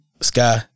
Sky